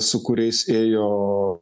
su kuriais ėjo